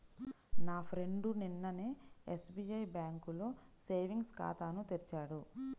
నా ఫ్రెండు నిన్ననే ఎస్బిఐ బ్యేంకులో సేవింగ్స్ ఖాతాను తెరిచాడు